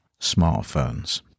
smartphones